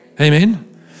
Amen